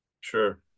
Sure